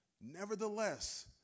Nevertheless